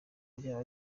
byaba